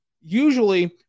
usually